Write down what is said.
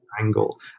angle